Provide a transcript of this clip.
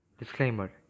Disclaimer